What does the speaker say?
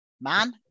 man